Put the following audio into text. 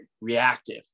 reactive